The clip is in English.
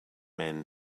men